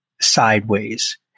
sideways